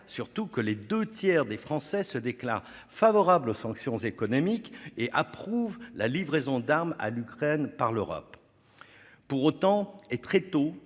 surtout que les deux tiers des Français se déclarent favorables aux sanctions économiques et approuvent la livraison d'armes à l'Ukraine par l'Europe. Pourtant, très tôt,